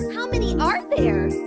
how many are there?